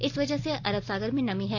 इस वजह से अरब सागर में नमी है